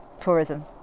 tourism